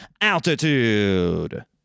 Altitude